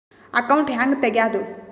Account ಹ್ಯಾಂಗ ತೆಗ್ಯಾದು?